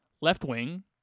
left-wing